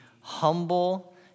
humble